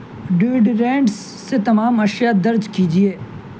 deodorants سے تمام اشیا درج کیجیے